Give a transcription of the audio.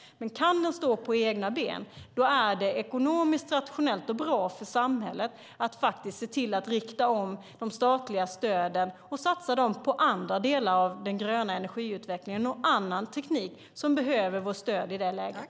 Men kan den stå på egna ben är det ekonomiskt rationellt och bra för samhället att se till att rikta om de statliga stöden och satsa dem på andra delar av den gröna energiutvecklingen och annan teknik som behöver vårt stöd i det läget.